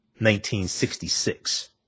1966